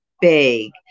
big